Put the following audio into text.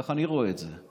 ככה אני רואה את זה,